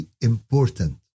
important